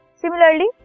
Similarly